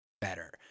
better